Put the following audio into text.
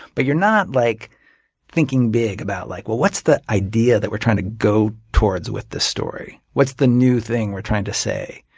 but you're not like thinking big about like what's the idea that we're trying to go towards with this story? what's the new thing we're trying to say?